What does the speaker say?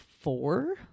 four